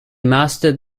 mastered